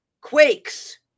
quakes